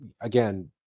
again